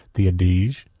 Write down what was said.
the adige,